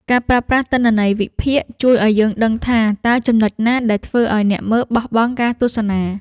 ការប្រើប្រាស់ទិន្នន័យវិភាគ ជួយឱ្យយើងដឹងថា តើចំណុចណាដែលធ្វើឱ្យអ្នកមើលបោះបង់ការទស្សនា។